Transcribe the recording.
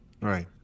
Right